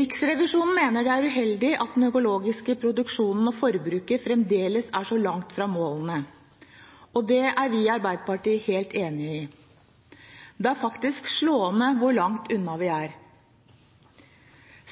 Riksrevisjonen mener det er uheldig at den økologiske produksjonen og forbruket fremdeles er så langt fra målene. Det er vi i Arbeiderpartiet helt enig i. Det er faktisk slående hvor langt unna vi er.